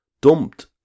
dumped